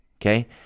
okay